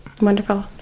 Wonderful